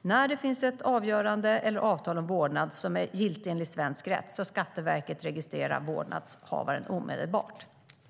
När det finns ett avgörande eller ett avtal om vårdnad som är giltigt enligt svensk rätt ska Skatteverket registrera vårdnadshavaren omedelbart.